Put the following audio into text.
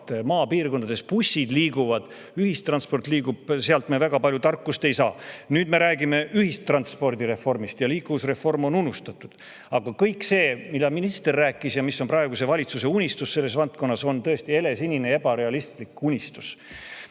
maapiirkondades bussid reaalselt liiguvad, ühistransport liigub, sealt me väga palju tarkust ei saa. Nüüd me räägime ühistranspordireformist ja liikuvusreform on unustatud. Aga kõik see, mida minister rääkis ja mis on praeguse valitsuse unistus selles valdkonnas, on tõesti ebarealistlik helesinine unistus.